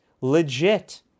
legit